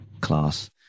class